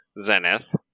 Zenith